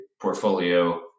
portfolio